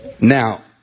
Now